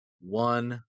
one